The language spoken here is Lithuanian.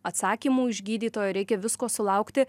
atsakymų iš gydytojo reikia visko sulaukti